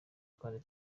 kandi